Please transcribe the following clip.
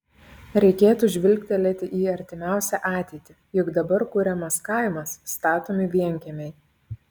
reikėtų žvilgtelėti į artimiausią ateitį juk dabar kuriamas kaimas statomi vienkiemiai